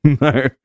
No